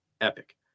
epic